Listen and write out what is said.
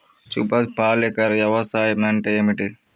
సుభాష్ పాలేకర్ వ్యవసాయం అంటే ఏమిటీ?